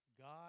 God